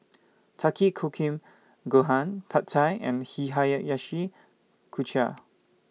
Takikomi Gohan Pad Thai and Hihayayashi Chuka